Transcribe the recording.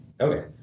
Okay